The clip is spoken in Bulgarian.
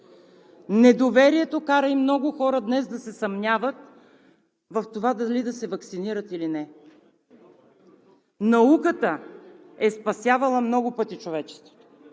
Недоверието кара и много хора днес да се съмняват в това дали да се ваксинират или не. Науката е спасявала много пъти човечеството